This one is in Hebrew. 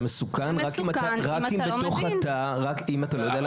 זה מסוכן אם אתה לא מבין.